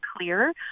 clear